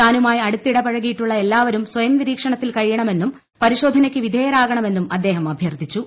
താനുമായി അടുത്തിടപഴകിയിട്ടുള്ള എല്ലാവരും സ്വയം നിരീക്ഷണത്തിൽ കഴിയണമെന്നും പരിശോധനക്ക് വിധേയരാകണം എന്നും അദ്ദേഹം അഭ്യർത്ഥിച്ചു